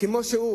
כמו שהוא.